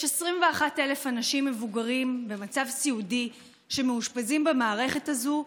יש 21,000 אנשים מבוגרים במצב סיעודי שמאושפזים במערכת הזאת,